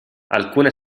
alcune